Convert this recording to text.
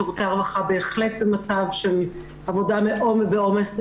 שירותי הרווחה בהחלט במצב של עבודה מאוד בעומס,